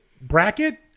bracket